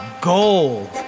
gold